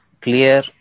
clear